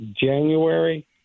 January